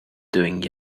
doing